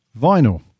Vinyl